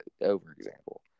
over-example